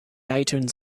itunes